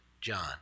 John